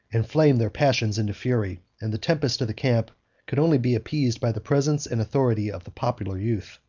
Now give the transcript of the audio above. inflamed their passions into fury, and the tempest of the camp could only be appeased by the presence and authority of the popular youth.